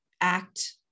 act